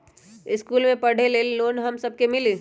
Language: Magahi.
इश्कुल मे पढे ले लोन हम सब के मिली?